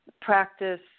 practice